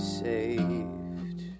saved